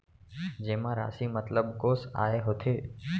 जेमा राशि मतलब कोस आय होथे?